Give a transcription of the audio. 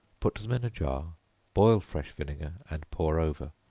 put them in a jar boil fresh vinegar and pour over.